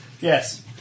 Yes